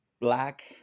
Black